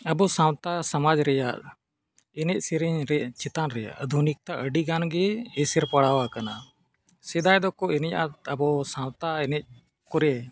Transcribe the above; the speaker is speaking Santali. ᱟᱵᱚ ᱥᱟᱶᱛᱟ ᱥᱚᱢᱟᱡᱽ ᱨᱮᱭᱟᱜ ᱮᱱᱮᱡ ᱥᱮᱨᱮᱧ ᱨᱮᱭᱟᱜ ᱪᱮᱛᱟᱱ ᱨᱮᱭᱟᱜ ᱟᱹᱫᱷᱩᱱᱤᱠᱚᱛᱟ ᱟᱹᱰᱤ ᱜᱟᱱᱜᱮ ᱮᱥᱮᱨ ᱯᱟᱲᱟᱣ ᱟᱠᱟᱱᱟ ᱥᱮᱫᱟᱭ ᱫᱚᱠᱚ ᱮᱱᱮᱡ ᱟᱫ ᱟᱵᱚ ᱥᱟᱶᱛᱟ ᱮᱱᱮᱡ ᱠᱚᱨᱮ